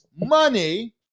money